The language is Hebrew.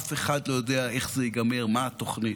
אף לא יודע איך זה ייגמר, מה התוכנית,